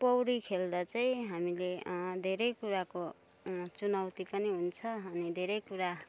पौडी खेल्दा चाहिँ हामीले धेरै कुराको चुनौती पनि हुन्छ अनि धेरै कुरा